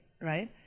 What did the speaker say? right